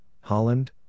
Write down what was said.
Holland